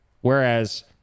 whereas